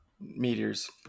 meteors